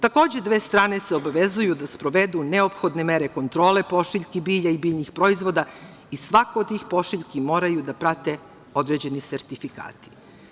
Takođe, dve strane se obavezuju da sprovedu neophodne mere kontrole pošiljki bilja i biljnih proizvoda i svaku od tih pošiljki moraju da prate određeni sertifikati.